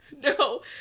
No